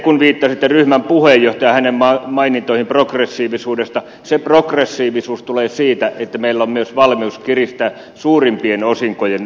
kun viittasitte ryhmän puheenjohtajaan hänen mainintoihinsa progressiivisuudesta se progressiivisuus tulee siitä että meillä on myös valmius kiristää suurimpien osinkojen pääomaverotusta